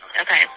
okay